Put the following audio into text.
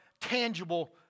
tangible